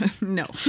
No